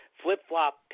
flip-flop